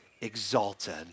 exalted